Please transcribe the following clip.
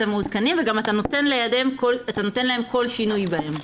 המעודכנים וגם אתה נותן להם כל שינוי בהם.